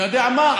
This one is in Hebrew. אתה יודע מה?